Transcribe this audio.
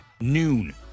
noon